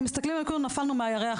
הם מסתכלים עלינו כאילו נפלנו מהירח,